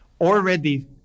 already